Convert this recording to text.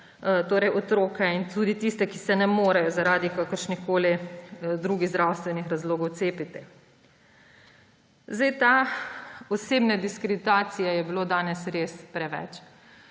otroke in tiste, ki se ne morejo zaradi kakršnihkoli drugih zdravstvenih razlogov cepiti. Osebne diskreditacije je bilo danes res preveč.